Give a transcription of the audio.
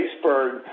iceberg